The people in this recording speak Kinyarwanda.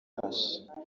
kasha